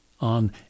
on